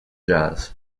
jazz